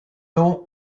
nom